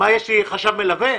יש לי חשב מלווה?